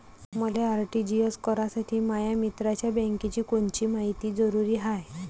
मले आर.टी.जी.एस करासाठी माया मित्राच्या बँकेची कोनची मायती जरुरी हाय?